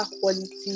quality